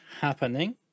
happening